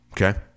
Okay